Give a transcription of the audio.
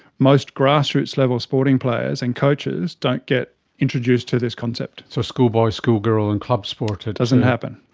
most grassroots level sporting players and coaches don't get introduced to this concept. so schoolboy, schoolgirl and club sport? it doesn't happen.